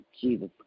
jesus